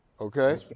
Okay